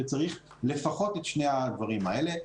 צריך לפחות את שני הדברים האלה.